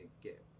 get